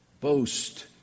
Boast